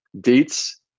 dates